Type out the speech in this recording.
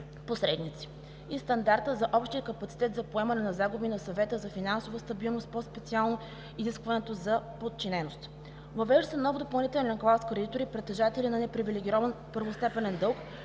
и стандарта за общия капацитет за поемане на загуби на Съвета за финансова стабилност, по-специално изискването за подчиненост. Въвежда се нов допълнителен клас кредитори – притежатели на непривилегирован първостепенен дълг,